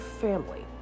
family